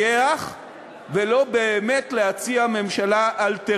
אלא יש מאחוריהן רק רצון לנגח ולא באמת להציע ממשלה אלטרנטיבית.